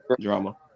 drama